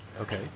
Okay